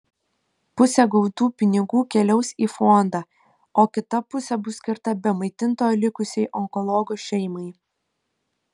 pusė gautų pinigų keliaus į fondą o kita pusė bus skirta be maitintojo likusiai onkologo šeimai